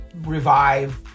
revive